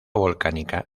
volcánica